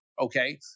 Okay